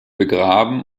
begraben